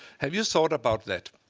have you thought about that?